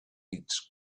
its